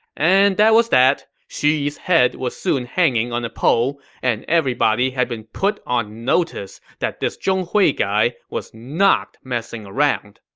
and that was that. xu yi's head was soon hanging on a pole, and everybody had been put on notice that this zhong hui was not messing around